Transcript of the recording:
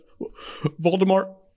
Voldemort